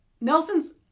Nelson's